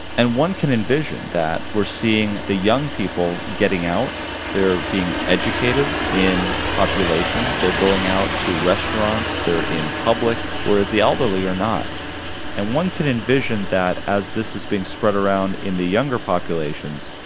and one can envision that we're seeing the young people getting out. they're being educated in populations, they're going out to restaurants, they're in public, or is the elderly or not and one can envision that as this is being spread around in the younger populations,